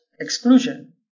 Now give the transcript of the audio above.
exclusion